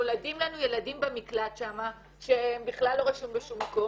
נולדים לנו ילדים במקלט שהם לא רשומים בשום מקום.